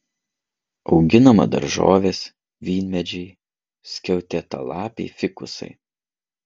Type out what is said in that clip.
auginama daržovės vynmedžiai skiautėtalapiai fikusai